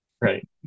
right